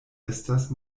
estas